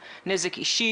ולמצות.